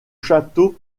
château